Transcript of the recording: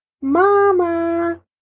Mama